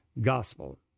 gospel